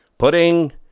putting